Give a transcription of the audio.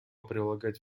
прилагать